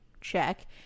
Check